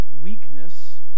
weakness